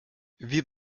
wir